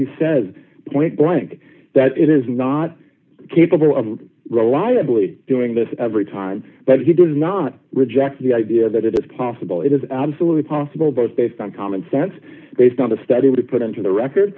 he says point blank that it is not capable of reliably doing this every time but he does not reject the idea that it is possible it is absolutely possible both based on common sense based on the study we put into the record